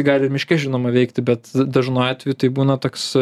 gali miške žinoma veikti bet dažnu atveju tai būna toks